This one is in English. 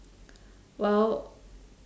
well